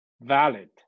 valid